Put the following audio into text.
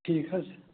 ٹھیٖک حظ